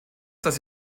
das